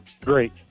Great